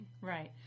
Right